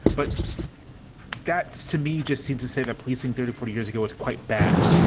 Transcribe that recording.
but that's to me just seems to say that policing thirty, forty years ago was quite bad.